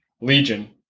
Legion